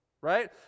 right